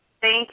Thank